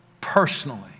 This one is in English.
personally